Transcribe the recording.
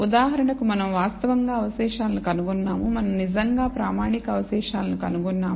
ఉదాహరణకు మనం వాస్తవానికి అవశేషాలను కనుగొన్నాము మనం నిజంగా ప్రామాణిక అవశేషాలను కనుగొన్నాము